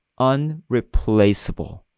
unreplaceable